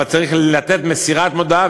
אבל צריך לתת מסירת מודעה,